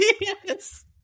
yes